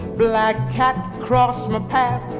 black cat cross my path.